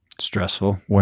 Stressful